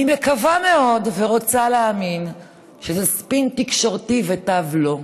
אני מקווה מאוד ורוצה להאמין שזה ספין תקשורתי ותו לא.